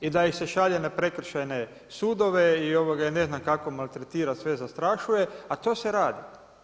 I da ih se šalje na prekršajne sudove ili ne znam kako maltretirati i sve zastrašuje, ali to se radi.